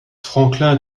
franklin